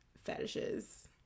fetishes